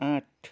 आठ